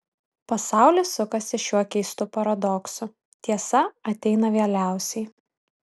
pasaulis sukasi šiuo keistu paradoksu tiesa ateina vėliausiai